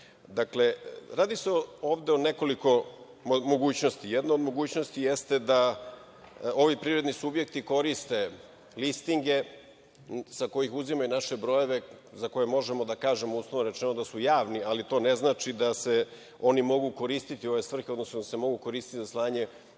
šalju. Dakle, radi se ovde o nekoliko mogućnosti. Jedna od mogućnosti, jeste da ovi privredni subjekti koriste listinge, sa kojih uzimaju naše brojeve, za koje možemo da kažemo uslovno rečeno da su javni, ali to ne znači da se oni mogu koristiti u ove svrhe, odnosno da se mogu koristiti za slanje